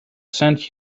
send